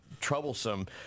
troublesome